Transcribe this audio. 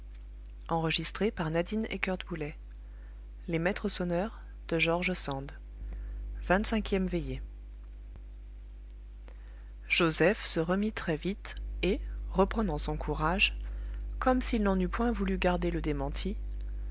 veillée joseph se remit très-vite et reprenant son courage comme s'il n'en eût point voulu garder le démenti